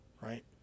right